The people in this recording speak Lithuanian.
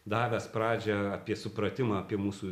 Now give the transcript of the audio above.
davęs pradžią apie supratimą apie mūsų